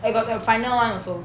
I got the final one also